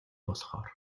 болохоор